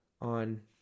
on